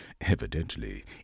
Evidently